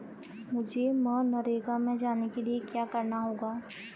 मुझे मनरेगा में जाने के लिए क्या करना होगा?